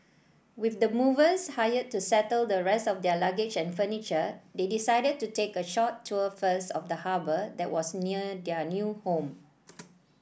with the movers hired to settle the rest of their luggage and furniture they decided to take a short tour first of the harbour that was near their new home